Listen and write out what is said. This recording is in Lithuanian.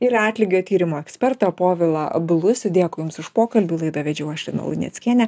ir atlygio tyrimo ekspertą povilą blusių dėkui jums už pokalbį laidą vedžiau aš lina luneckienė